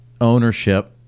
ownership